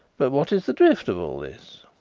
but what is the drift of all this?